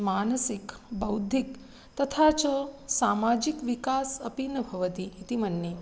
मानसिकः बौद्धिक् तथा च सामाजिकः विकासः अपि न भवति इति मन्ये